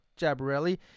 Jabarelli